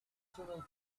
cinnamon